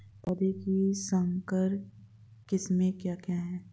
पौधों की संकर किस्में क्या क्या हैं?